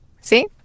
See